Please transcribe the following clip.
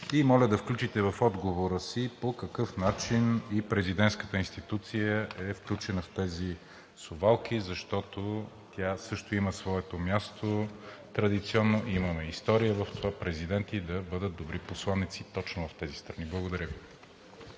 И моля да включите в отговора си по какъв начин и президентската институция е включена в тези совалки, защото тя също има своето място – традиционно, имаме история в това президенти да бъдат добри посланици точно в тези страни. Благодаря Ви.